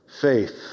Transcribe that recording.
Faith